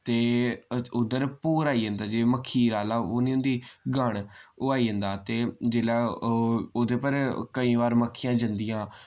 ते उद्धर भौर आई जंदा जे मखीर आह्ला ओह् नि होंदी गण ओह् आई जंदा ते जिल्लै ओह् ओह्दे पर केईं बार मक्खियां जन्दियां